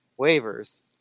waivers